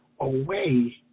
away